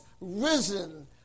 risen